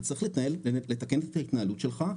אתה צריך לתקן את ההתנהלות שלך,